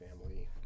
family